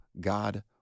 God